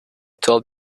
told